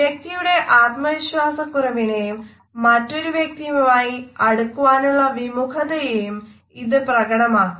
വ്യക്തിയുടെ ആത്മവിശ്വാസക്കുറവിനെയും മറ്റൊരു വ്യക്തിയുമായി അടുക്കാനുള്ള വിമുഖതയെയും ഇത് പ്രകടമാക്കുന്നു